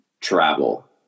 travel